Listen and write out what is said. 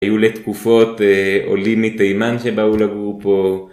היו לי תקופות עולים מתימן שבאו לגור פה